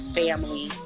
family